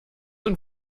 und